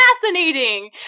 fascinating